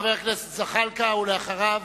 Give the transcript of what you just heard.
חבר הכנסת זחאלקה, ואחריו,